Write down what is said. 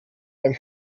beim